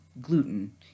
gluten